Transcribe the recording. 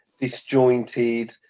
disjointed